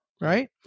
right